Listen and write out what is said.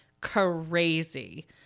crazy